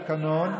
התקנון,